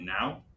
now